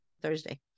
Thursday